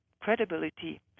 credibility